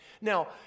Now